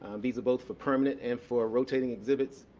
um these are both for permanent and for rotating exhibits.